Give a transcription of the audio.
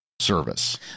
service